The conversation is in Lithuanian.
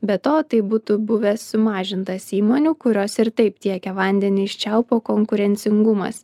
be to tai būtų buvęs sumažintas įmonių kurios ir taip tiekia vandenį iš čiaupo konkurencingumas